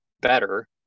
better